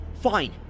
fine